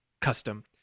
custom